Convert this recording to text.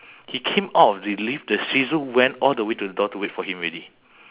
he came out of the lift the shih tzu went all the way to the door to wait for him already